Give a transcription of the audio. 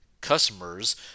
customers